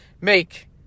make